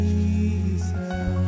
Jesus